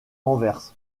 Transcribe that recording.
anvers